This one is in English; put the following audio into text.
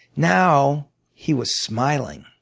now he was smiling.